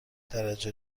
درجه